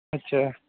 ਅੱਛਾ